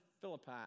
Philippi